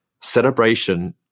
celebration